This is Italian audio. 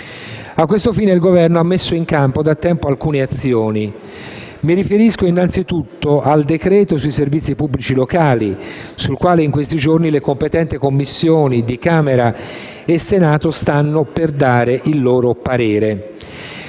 A questo fine il Governo ha da tempo messo in campo alcune azioni. Mi riferisco innanzitutto al decreto legislativo sui servizi pubblici locali, sul quale in questi giorni le competenti Commissioni di Camera e Senato stanno per esprimere il loro parere.